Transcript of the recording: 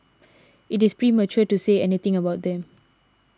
it is premature to say anything about them